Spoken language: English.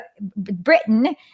Britain